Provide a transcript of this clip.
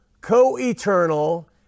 co-eternal